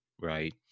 right